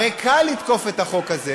הרי קל לתקוף את החוק הזה